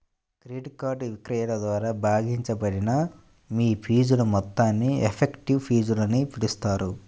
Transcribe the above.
credit card విక్రయాల ద్వారా భాగించబడిన మీ ఫీజుల మొత్తాన్ని ఎఫెక్టివ్ ఫీజులని పిలుస్తారు